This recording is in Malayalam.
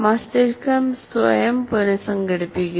മസ്തിഷ്കം സ്വയം പുനസംഘടിപ്പിക്കുന്നു